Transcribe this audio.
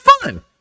fun